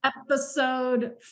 Episode